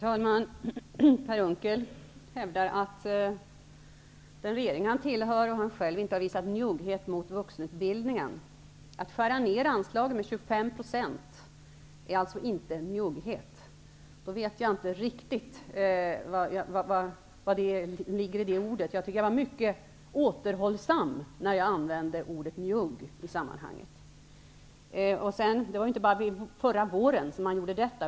Herr talman! Per Unckel hävdar att den regering som han själv tillhör inte har visat njugghet mot vuxenutbildningen. Att skära ner anslagen med 25 % är alltså inte njugghet. Då vet jag inte riktigt vad som ligger i det ordet. Jag tycker att jag var mycket återhållsam när jag använde ordet njugg i det sammanhanget. Det var inte bara förra våren som man gjorde detta.